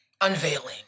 unveiling